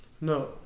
No